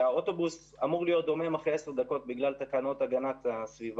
כשהאוטובוס אמור להיות דומם אחרי עשר דקות בגלל תקנות הגנת הסביבה,